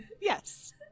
Yes